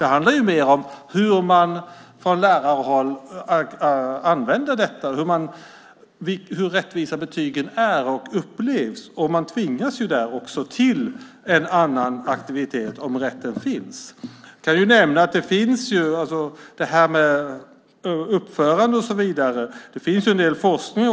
Det handlar mer om hur man från lärarhåll använder detta, hur rättvisa betygen är och upplevs. Man tvingas till en annan aktivitet om rätten finns. När det gäller uppförande och så vidare finns det en del forskning.